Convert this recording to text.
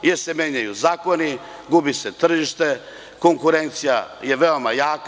Zato što se menjaju zakoni, gubi se tržište, konkurencija je veoma jaka.